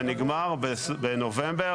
זה נגמר בנובמבר.